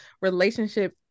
relationship